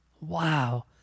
wow